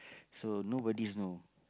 so nobody know